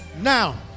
now